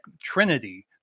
trinity